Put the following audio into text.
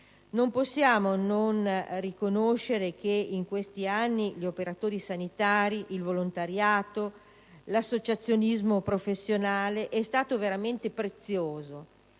Non possiamo non riconoscere che in questi anni gli operatori sanitari, il volontariato, l'associazionismo professionale sono stati veramente preziosi